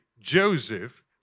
Joseph